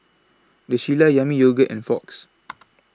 The Shilla Yami Yogurt and Fox